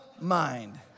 mind